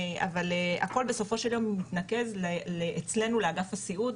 אבל הכל בסופו של יום מתנקז אצלנו לאגף הסיעוד